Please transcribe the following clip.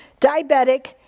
diabetic